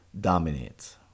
dominates